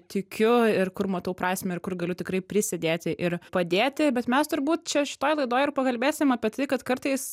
tikiu ir kur matau prasmę ir kur galiu tikrai prisidėti ir padėti bet mes turbūt čia šitoj laidoj ir pakalbėsim apie tai kad kartais